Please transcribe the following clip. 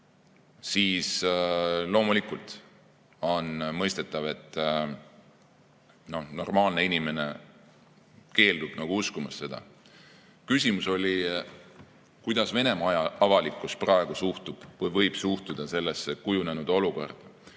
siis loomulikult on mõistetav, et normaalne inimene keeldub nagu uskumast seda. Küsimus oli, kuidas Venemaa avalikkus praegu suhtub või võib suhtuda sellesse kujunenud olukorda.